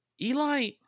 Eli